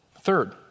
Third